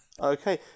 Okay